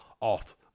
off